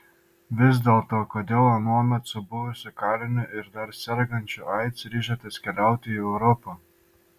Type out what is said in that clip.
vis dėlto kodėl anuomet su buvusiu kaliniu ir dar sergančiu aids ryžotės keliauti į europą